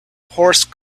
horse